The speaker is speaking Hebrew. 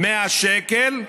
100 שקלים,